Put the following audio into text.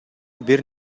бир